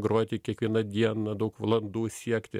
groti kiekvieną dieną daug valandų siekti